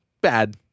bad